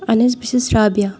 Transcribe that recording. اَہن حظ بہٕ چھَس رابیا